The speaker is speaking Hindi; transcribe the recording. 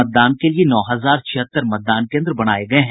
मतदान के लिए नौ हजार छिहत्तर मतदान केन्द्र बनाये गये हैं